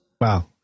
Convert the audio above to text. Wow